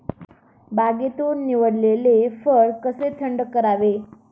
बागेतून निवडलेले फळ कसे थंड करावे?